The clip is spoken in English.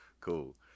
cool